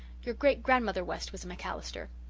your great grandmother west was a macallister.